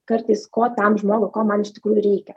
kartais ko tam žmogui ko man iš tikrųjų reikia